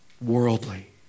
worldly